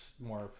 more